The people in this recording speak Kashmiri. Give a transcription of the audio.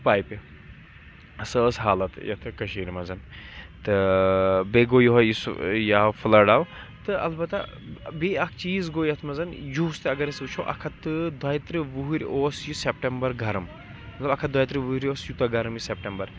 پایپہِ سۄ ٲسۍ حالت یَتھ کٔشیٖرِ منٛز تہٕ بیٚیہِ گوٚو یہوے یُس سہ یہِ آو فٕلَڈ آو تہٕ البتہ بیٚیہِ اَکھ چیٖز گوٚو یَتھ مَنز یُہُس تہِ اگر أسۍ وٕچھو اَکھ ہَتھ تہٕ دۄیہِ تٕرٛہ وُہٕر اوس یہِ سیٚپٹمبَر گرم مطلب اکھ ہتھ دۄیہِ تٕرٛہ وُہرۍ اوس یوٗتاہ گرم یہِ سیٚپٹمبَر